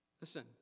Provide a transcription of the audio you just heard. Listen